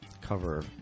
cover